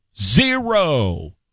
zero